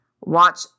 Watch